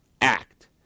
act